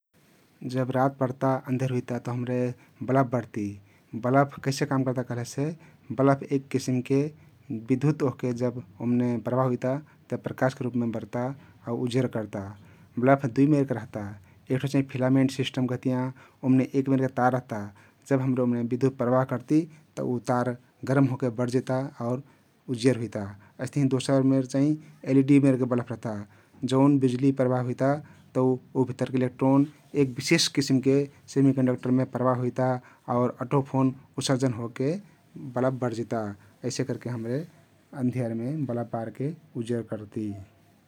जब रात पर्ता आँधियर हुइता तउ हम्रे बलफ बरती । बलफ कैसे काम कर्ता कहलेसे बलफ एक किसिमके बिधुत ओहके जब ओमने प्रबाह हुइता तब प्रकाशके रुपमे बर्ता आउ उजियर कर्ता । बलफ दुई मेरके रहता । एक ठो चाहिं फिलामेन्ट सिस्टम कहतियाँ ओमने एक मेरके तार रहता । जब हम्रे ओहमे बिधुत प्रवाह करती तउ उ तार गरम होके बरजिता आउ उजियर हुइता । अइस्तहिं दोसर मेर चाहिं एल ई डि मेरके बलफ रहता जउन बिजुली प्रवाह हुइता तउ उ भित्तरके इलेक्ट्रोन एक विशेष किसिमके सेमी कन्डेक्टरमे प्रवाह हुइता आउर अटोफोन उत्सर्जन होके बलफ बरजिता । अइसे करके हम्रे आँधियरमे बलफ बारके उजियर कर्ती ।